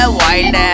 wild